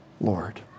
Lord